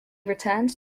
returned